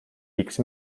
pics